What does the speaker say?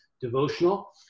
devotional